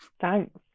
Thanks